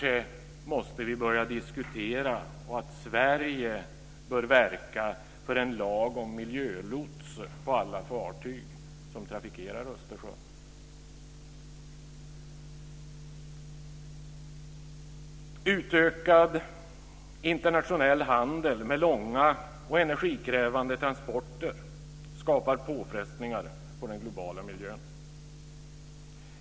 Vi måste kanske börja diskutera att Sverige bör verka för en lag om miljölots på alla fartyg som trafikerar Utökad internationell handel med långa och energikrävande transporter skapar påfrestningar på den globala miljön.